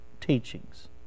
teachings